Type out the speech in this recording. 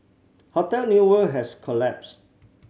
hotel New World has collapsed